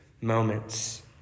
moments